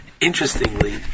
interestingly